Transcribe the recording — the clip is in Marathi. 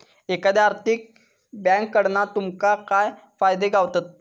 एखाद्या आर्थिक बँककडना तुमका काय फायदे गावतत?